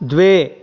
द्वे